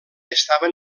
estaven